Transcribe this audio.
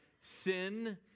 sin